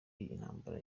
intambara